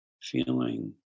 feeling